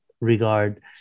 regard